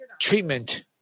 treatment